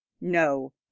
no